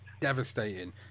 devastating